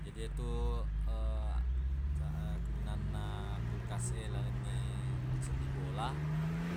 Jadi yetu ca- akkegunanna kulkas e lalengnge seddi bola